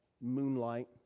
moonlight